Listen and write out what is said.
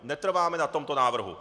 Netrváme na tomto návrhu.